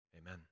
Amen